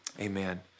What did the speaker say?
Amen